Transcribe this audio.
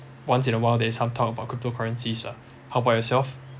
once in awhile there's some talk about cryptocurrencies ah how about yourself